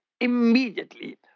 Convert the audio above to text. immediately